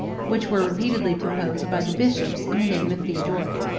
which were repeatedly proposed by the bishops in the name of theodoric.